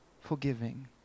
forgiving